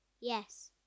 Yes